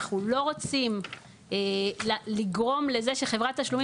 אנחנו לא רוצים לגרום לזה שחברת תשלומים